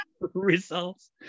results